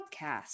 PODCAST